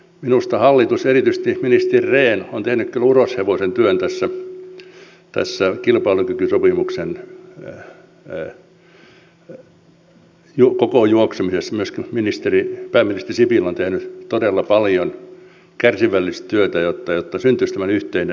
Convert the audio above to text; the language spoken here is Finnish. minusta hallitus erityisesti ministeri rehn on tehnyt kyllä uroshevosen työn tässä kilpailukykysopimuksen koko juoksemisessa myöskin pääministeri sipilä on tehnyt todella paljon kärsivällistä työtä jotta syntyisi tämmöinen yhteinen näkemys